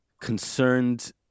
concerned